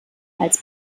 als